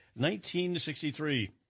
1963